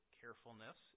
carefulness